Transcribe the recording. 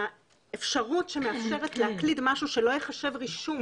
האפשרות שמאפשרת להקליד משהו שלא ייחשב רישום,